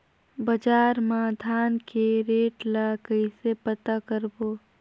बजार मा धान के रेट ला कइसे पता करबो?